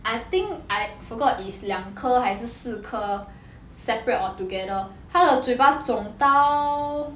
I think I forgot is 两颗还是四颗 separate or together 他嘴巴肿到